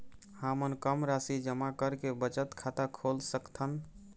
हमन कम राशि जमा करके बचत खाता खोल सकथन?